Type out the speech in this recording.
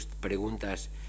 preguntas